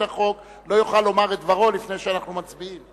החוק לא יוכל לומר את דברו לפני שאנחנו מצביעים.